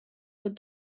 but